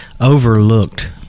overlooked